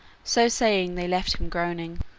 so saying, they left him groaning.